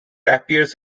appears